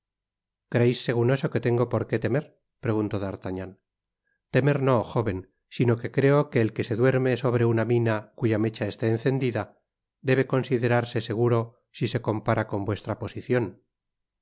creis segun eso que tengo porqué temer preguntó d'artagnan temer no jóven sino que creo que el que se duerme sobre una mina cuya mecha esté encendida debe considerarse seguro si se compara con vuestra posicion